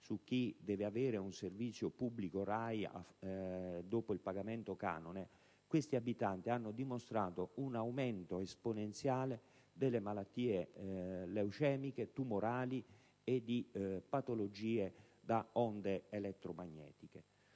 su chi deve avere un servizio pubblico RAI dopo il pagamento del canone - un aumento esponenziale delle malattie leucemiche, tumorali e di patologie da onde elettromagnetiche,